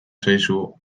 zaizu